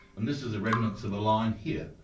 and this is the remnants of a line here.